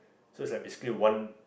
so it's like basically one